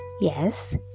Yes